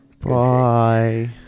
Bye